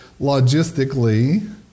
logistically